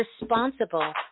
responsible